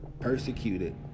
persecuted